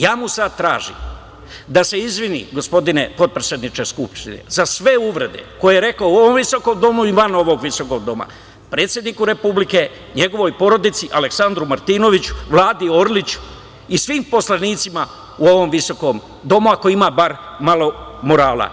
Ja mu sada tražim da se izvini, gospodine potpredsedniče Skupštine, za sve uvrede koje je rekao u ovom visokom domu i van ovog visokog doma, predsedniku Republike, njegovoj porodici, Aleksandru Martinoviću, Vladimiru Orliću i svim poslanicima u ovom visokom domu, ako bar malo morala.